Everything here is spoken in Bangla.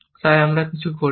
তাই আমরা কিছু করি না